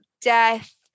death